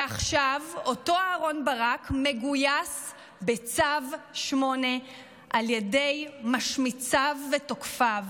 ועכשיו אותו אהרן ברק מגויס בצו 8 על ידי משמיציו ותוקפיו